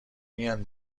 میان